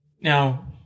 Now